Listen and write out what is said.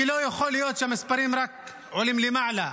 כי לא יכול להיות שהמספרים רק עולים למעלה.